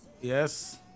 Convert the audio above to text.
Yes